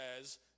says